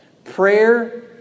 Prayer